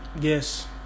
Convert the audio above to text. Yes